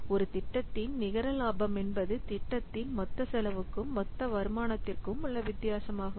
ஒரு திட்டத்தின் நிகர லாபம் என்பது திட்டத்தின் மொத்த செலவுக்கும் மொத்த வருமானத்திற்கும் உள்ள வித்தியாசமாகும்